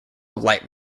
light